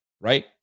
right